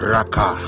Raka